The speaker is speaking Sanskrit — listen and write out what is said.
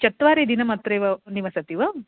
चत्वारिदिनम् अत्रैव निवसति वा